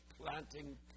planting